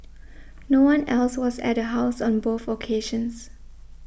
no one else was at the house on both occasions